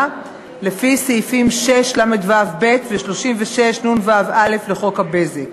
לפי סעיפים 6לו(ב) ו-6נו(א) לחוק הבזק.